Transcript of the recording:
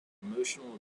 emotional